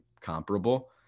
comparable